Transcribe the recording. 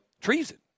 treason